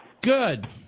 Good